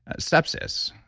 sepsis,